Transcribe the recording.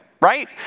right